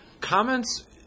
Comments